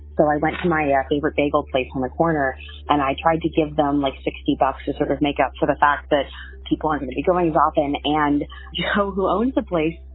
i went to my yeah favorite bagel place on the corner and i tried to give them like sixty bucks to sort of make up for the fact that people aren't going as often. and you know, who owns the place?